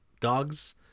dogs